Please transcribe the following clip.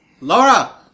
Laura